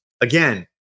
again